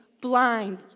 blind